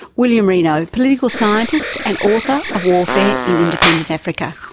william reno, political scientist and author of warfare in independent africa.